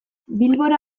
bilbora